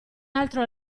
altro